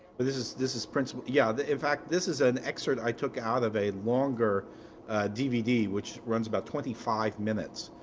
but this is this is principle yeah in fact, this is an excerpt i took out of a longer dvd which runs about twenty five minutes,